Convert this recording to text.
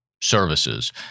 services